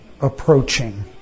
approaching